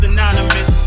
Anonymous